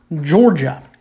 Georgia